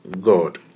God